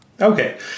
Okay